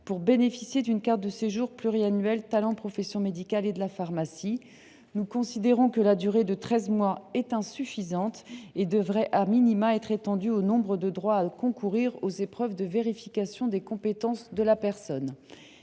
pour bénéficier d’une carte de séjour pluriannuelle « talent professions médicales et de la pharmacie ». Nous considérons que la durée de treize mois est insuffisante et qu’elle devrait être alignée sur le nombre de droits à concourir aux épreuves de vérification des compétences de la personne.